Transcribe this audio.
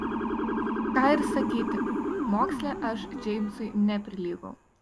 ką ir sakyti moksle aš džeimsui neprilygau